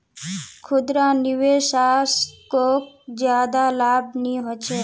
खुदरा निवेशाकोक ज्यादा लाभ नि होचे